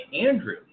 Andrew